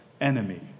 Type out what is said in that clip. enemy